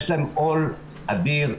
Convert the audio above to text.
יש עליהן עול אדיר.